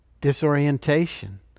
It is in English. disorientation